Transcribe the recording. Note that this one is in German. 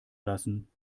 lassen